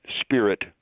spirit